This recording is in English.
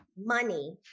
money